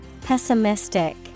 Pessimistic